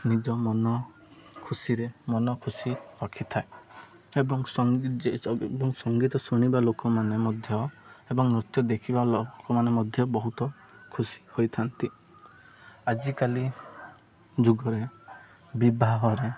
ନିଜ ମନ ଖୁସିରେ ମନ ଖୁସି ରଖିଥାଏ ଏବଂ ସଙ୍ଗୀ ଏବଂ ସଙ୍ଗୀତ ଶୁଣିବା ଲୋକମାନେ ମଧ୍ୟ ଏବଂ ନୃତ୍ୟ ଦେଖିବା ଲୋକମାନେ ମଧ୍ୟ ବହୁତ ଖୁସି ହୋଇଥାନ୍ତି ଆଜିକାଲି ଯୁଗରେ ବିବାହରେ